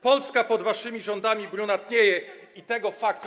Polska pod waszymi rządami brunatnieje i tego faktu.